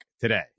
today